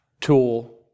tool